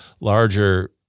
larger